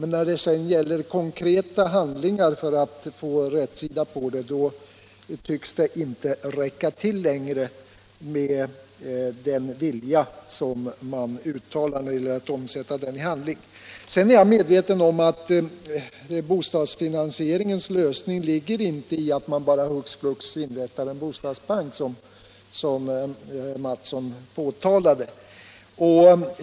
När det gäller konkreta handlingar för att få rätsida på förhållandena tycks deras vilja inte räcka till för att omsätta talet i handling. Sedan är jag medveten om att lösningen på bostadsfinansieringsproblemen inte ligger i att man bara hux flux inrättar en bostadsbank, vilket herr Mattsson påtalade.